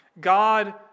God